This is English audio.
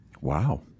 Wow